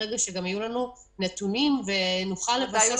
ברגע שגם יהיו לנו נתונים ונוכל להתבסס